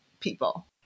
people